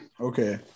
okay